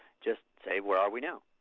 just say, where are we now?